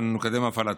ואנו נקדם את הפעלתה.